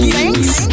thanks